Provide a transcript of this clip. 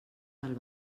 del